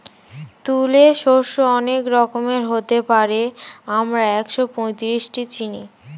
তুলে শস্য অনেক রকমের হতে পারে, আমরা একশোপঁয়ত্রিশটি চিনি